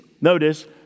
notice